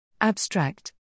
Abstract